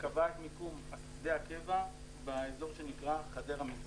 וקבע את מיקום שדה הקבע באזור שנקרא חדרה מזרח.